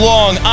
Long